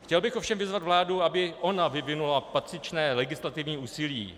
Chtěl bych vyzvat vládu, aby i ona vyvinula patřičné legislativní úsilí.